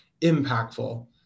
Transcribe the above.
impactful